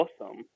awesome